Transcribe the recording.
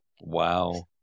Wow